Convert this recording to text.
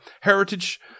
heritage